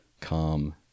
calm